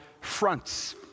fronts